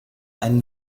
einen